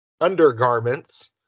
undergarments